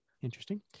Interesting